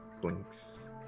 Blinks